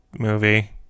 movie